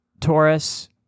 Taurus